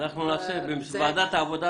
בוועדת העבודה,